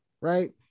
right